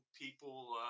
people